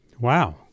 Wow